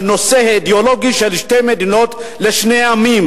בנושא האידיאולוגי של שתי מדינות לשני עמים.